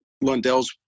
Lundell's